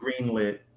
greenlit